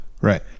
Right